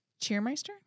Cheermeister